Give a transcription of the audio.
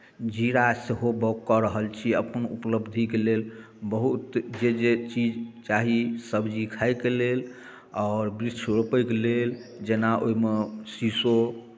जीरा सेहो बौग कऽ रहल छी अपन उपलब्धिके लेल बहुत जे जे चीज चाही सब्जी खायके लेल आओर वृक्ष रोपयके लेल जेना ओहिमे शीशो